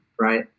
right